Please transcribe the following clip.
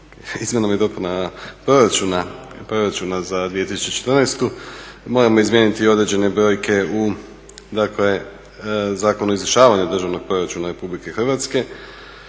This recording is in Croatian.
izmjenama i dopunama proračuna za 2014. moramo izmijeniti i određene brojke u, dakle Zakonu o izvršavanju državnog proračuna Republike Hrvatske.